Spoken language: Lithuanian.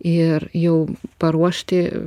ir jau paruošti